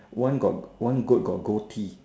one got one goat got gold T